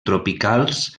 tropicals